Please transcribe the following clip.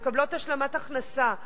והן מקבלות השלמת הכנסה.